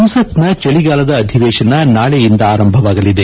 ಸಂಸತ್ನ ಚಳಿಗಾಲದ ಅಧಿವೇಶನ ನಾಳೆಯಿಂದ ಆರಂಭವಾಗಲಿದೆ